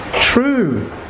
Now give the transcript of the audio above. True